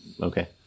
Okay